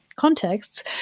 contexts